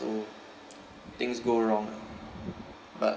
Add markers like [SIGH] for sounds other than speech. so [NOISE] things go wrong ah but